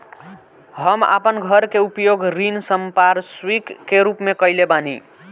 हम आपन घर के उपयोग ऋण संपार्श्विक के रूप में कइले बानी